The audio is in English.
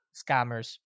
scammers